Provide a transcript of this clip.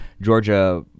Georgia